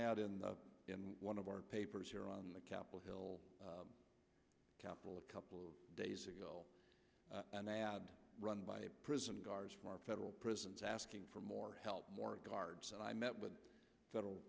ad in the one of our papers here on the capitol hill capitol a couple of days ago an ad run by prison guards from our federal prisons asking for more help more guards and i met with federal